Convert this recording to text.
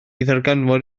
ddarganfod